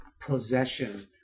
possession